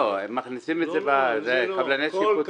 לא, מכניסים את זה זה קבלני שיפוצים.